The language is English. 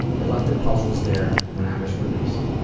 i left the puzzles there when i was released.